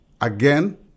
again